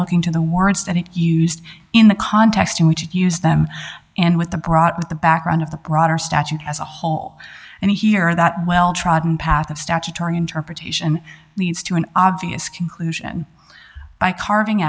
looking to the words that he used in the context in which to use them and with the brought up the background of the broader statute as a whole and here that well trodden path of statutory interpretation leads to an obvious conclusion by carving